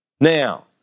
Now